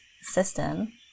system